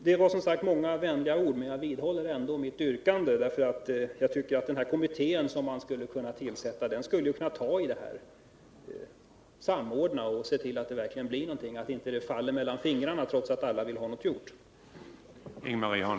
Det var som sagt många vänliga ord, men jag vidhåller ändå mitt yrkande, därför att jag tycker att man skulle kunna tillsätta en kommitté som tar tag i detta, samordnar och ser till att det verkligen blir någonting, så att det inte faller mellan fingrarna, trots att alla vill ha någonting gjort.